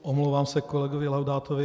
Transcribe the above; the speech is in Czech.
Omlouvám se kolegovi Laudátovi.